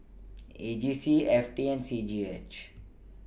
A G C F T and C G H